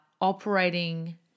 operating